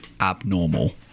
abnormal